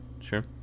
Sure